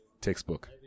textbook